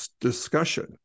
discussion